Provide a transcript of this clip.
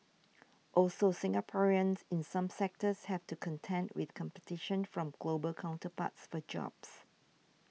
also Singaporeans in some sectors have to contend with competition from global counterparts for jobs